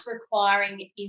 requiring